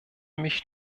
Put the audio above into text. mich